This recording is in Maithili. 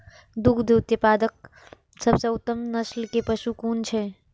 दुग्ध उत्पादक सबसे उत्तम नस्ल के पशु कुन छै?